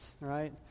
right